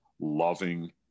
loving